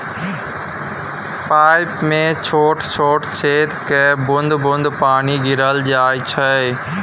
pipe मे छोट छोट छेद कए बुंद बुंद पानि गिराएल जाइ छै